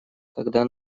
когда